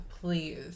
please